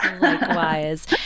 Likewise